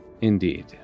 Indeed